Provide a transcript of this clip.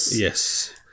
Yes